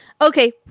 okay